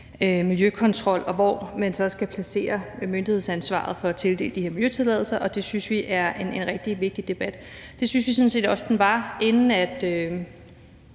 miljøkontrol, og hvor man så skal placere myndighedsansvaret for at tildele de her miljøtilladelser, og det synes vi er en rigtig vigtig debat. Vi synes også, debatten var relevant, inden vi